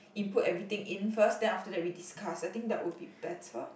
input everything in first then after that we discuss I think that would be better